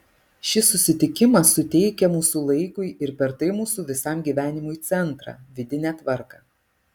šis susitikimas suteikia mūsų laikui ir per tai mūsų visam gyvenimui centrą vidinę tvarką